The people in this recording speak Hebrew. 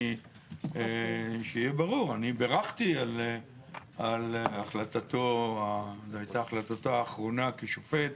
שיהיה ברור, ברכתי על החלטתו האחרונה כשופט